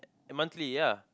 monthly ya